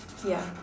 yeah